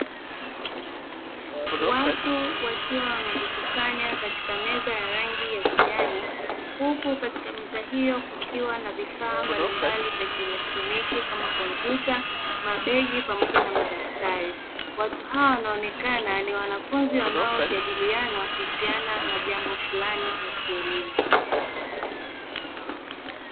Watu wakiwa wamejikusqnya katika meza ta rangi ya kijani, huku katika meza hiyo kukiwa na vifaa mbalimbali vya kieletroniki kama vile kompyuta, mabegi pamoja na madaftari. Watu hawa wanaonekana ni wanafunzi wanao jadiliana kuhusiana na jambo fulani ya kielimu.